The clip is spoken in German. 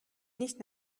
nicht